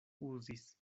uzis